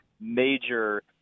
major